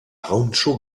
rancho